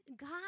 God